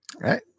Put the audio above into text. Right